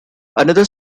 another